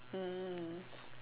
mm